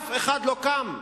אף אחד לא קם ואמר: